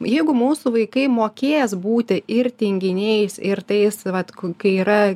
jeigu mūsų vaikai mokės būti ir tinginiais ir tais vat ku kai yra